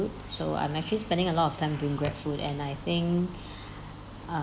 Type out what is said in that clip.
so I'm actually spending a lot of time doing GrabFood and I think